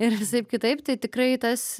ir visaip kitaip tai tikrai tas